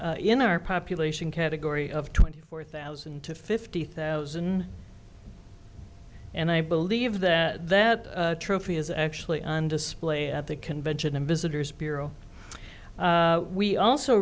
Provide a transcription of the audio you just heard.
in our population category of twenty four thousand to fifty thousand and i believe that that trophy is actually on display at the convention and visitors bureau we also